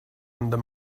under